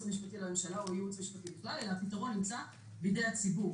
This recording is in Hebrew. המשפטי לממשלה או ייעוץ משפטי בכלל אלא הפתרון נמצא בידי הציבור,